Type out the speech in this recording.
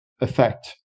effect